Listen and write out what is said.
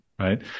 Right